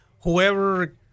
whoever